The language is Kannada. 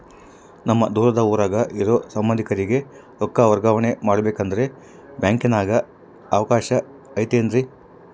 ನಮ್ಮ ದೂರದ ಊರಾಗ ಇರೋ ಸಂಬಂಧಿಕರಿಗೆ ರೊಕ್ಕ ವರ್ಗಾವಣೆ ಮಾಡಬೇಕೆಂದರೆ ಬ್ಯಾಂಕಿನಾಗೆ ಅವಕಾಶ ಐತೇನ್ರಿ?